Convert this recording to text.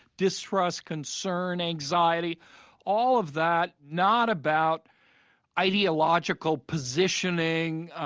distrust, concern, anxiety all of that, not about ideological positioning,